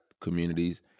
communities